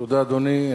תודה, אדוני.